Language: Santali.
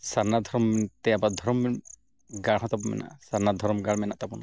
ᱥᱟᱨᱱᱟ ᱫᱷᱚᱨᱚᱢ ᱛᱮ ᱟᱵᱚᱣᱟᱜ ᱫᱷᱚᱨᱚᱢ ᱜᱟᱲ ᱦᱚᱸ ᱛᱟᱵᱚᱱ ᱢᱮᱱᱟᱜᱼᱟ ᱥᱟᱨᱱᱟ ᱫᱷᱚᱨᱚᱢ ᱜᱟᱲ ᱢᱮᱱᱟᱜ ᱛᱟᱵᱚᱱᱟ